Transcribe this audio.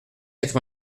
quatre